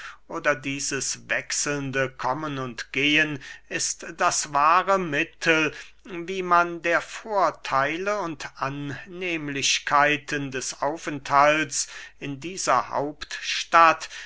oder dieses wechselnde kommen und gehen ist das wahre mittel wie man der vortheile und annehmlichkeiten des aufenthalts in dieser hauptstadt